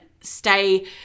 stay